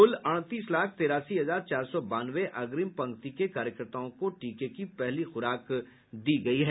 कुल अड़तीस लाख तेरासी हजार चार सौ बानवे अग्रिम पंक्ति को कार्यकर्ताओं को टीके की पहली खुराक दी जा चुकी है